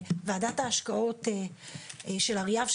ועדת ההשקעות של אריאב,